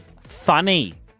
Funny